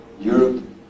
Europe